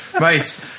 Right